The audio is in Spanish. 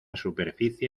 superficie